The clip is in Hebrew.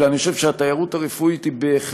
אלא אני חושב שהתיירות הרפואית היא בהחלט